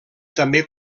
també